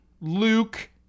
Luke